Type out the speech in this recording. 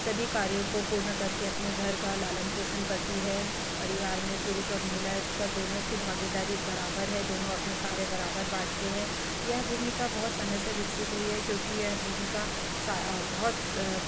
सभी कार्यो को पूर्ण कर के अपने घर का लालन पोषण करती है परिवार में पुरुष और महिलाओं का दोनों की भागेदारी बराबर है दोनों अपने कार्य बराबर बाँटते हैं यह भूमिका बहुत समय से विकसित हुई है क्योंकि यह भूमिका सा बहुत